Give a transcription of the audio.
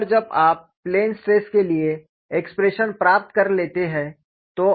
एक बार जब आप प्लेन स्ट्रेस के लिए एक्सप्रेशन प्राप्त कर लेते है